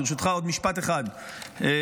ברשותך, עוד משפט אחד לסיום.